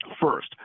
First